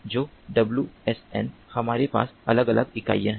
तो WSN हमारे पास अलग अलग इकाइयाँ है